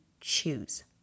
choose